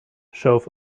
shove